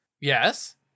Yes